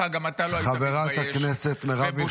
אליך בגלל שאתה לא תבין מה אמרתי, לצערי הרב.